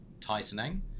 tightening